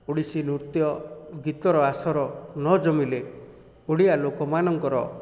ଓଡ଼ିଶୀ ନୃତ୍ୟ ଗୀତର ଆଶର ନ ଜମିଲେ ଓଡ଼ିଆ ଲୋକମାନଙ୍କର